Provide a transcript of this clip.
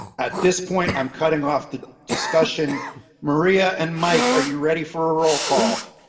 at this point i'm cutting off the discussion maria and mike, are you ready for a roll call.